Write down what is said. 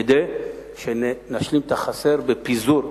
כדי שנשלים את החסר בפיזור.